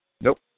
Nope